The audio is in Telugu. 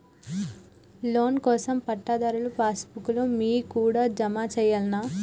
లోన్ కోసం పట్టాదారు పాస్ బుక్కు లు మీ కాడా జమ చేయల్నా?